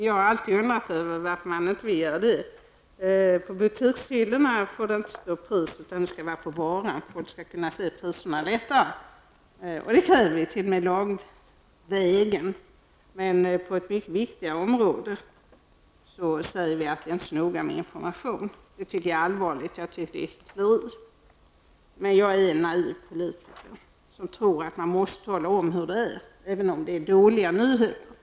Jag har alltid undrat över varför man inte vill redogöra för sådant. På butikshyllorna får det inte stå något pris, utan priset måste stå på varan för att man lättare skall kunna se vad det kostar. Detta krävs t.o.m. i lag. Men på ett mycket viktigare område säger vi att det inte är så nödvändigt med information. Detta är enligt min mening allvarligt. Det är hyckleri. Men jag är en naiv politiker som tror att man måste tala om hur det är, även om det är fråga om dåliga nyheter.